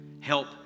Help